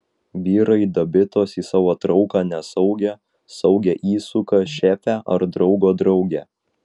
vyrai dabitos į savo trauką nesaugią saugią įsuka šefę ar draugo draugę